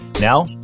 Now